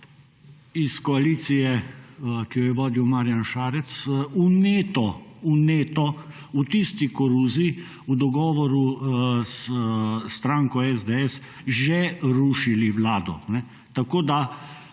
iz koalicije, ki jo je vodil Marjan Šarec, vneto, vneto v tisti koruzi v dogovoru s stranko SDS že rušili vlado. Tako v